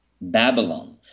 Babylon